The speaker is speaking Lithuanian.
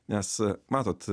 nes matot